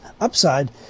upside